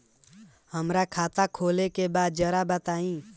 हमरा खाता खोले के बा जरा बताई